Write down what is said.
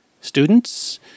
Students